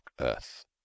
earth